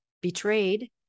betrayed